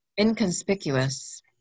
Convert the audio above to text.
Inconspicuous